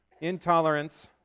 intolerance